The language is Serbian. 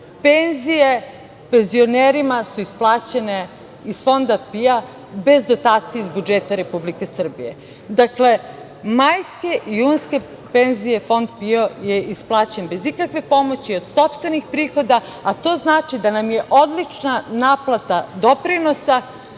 penzije penzionerima su isplaćene iz Fonda PIO bez dotacije iz budžeta Republike Srbije. Dakle, majske i junske penzije Fond PIO je isplaćen bez ikakve pomoći od sopstvenih prihoda, a to znači da nam je odlična naplata doprinosa,